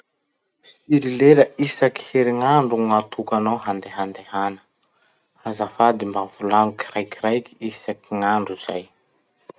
Firy lera isaky herignandro gn'atokanao handehandehana? Azafady mba volagno kiraikiraiky isaky gn'andro zay.